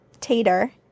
Tater